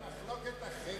זאת מחלוקת אחרת.